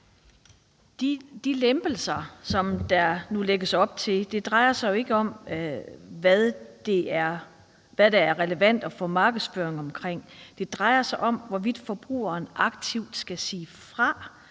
De lempelser, som der nu lægges op til, drejer sig jo ikke om, hvad der er relevant at få markedsføring om, men det drejer sig om, hvorvidt forbrugeren aktivt skal sige fra